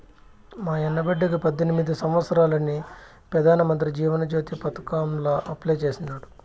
మాయన్న బిడ్డకి పద్దెనిమిది సంవత్సారాలని పెదానమంత్రి జీవన జ్యోతి పదకాంల అప్లై చేసినాడు